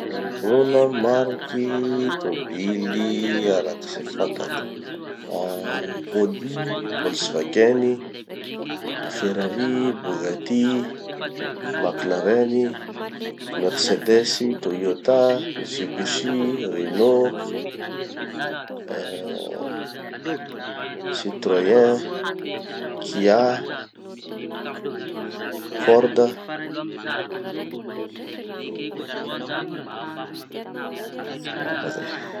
manognona mariky tobily araky ze fatako. Ah audi, volkswagen, ferrari, buggati, mclaren, mercedes, toyota, mitsibushi, renault, ah citroyen, kia, ford, ino koa, fa zay.